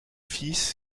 fils